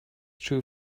true